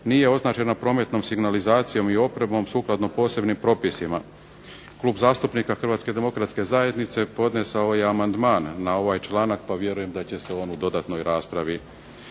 nije označena prometnom signalizacijom i opremom sukladno posebnim propisima". Klub zastupnika HDZ-a podnesao je i amandman na ovaj članak pa vjerujem da će se on dodatno i raspraviti